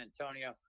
Antonio